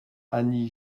annie